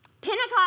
Pentecost